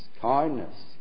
kindness